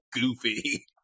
goofy